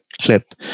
clip